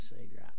Savior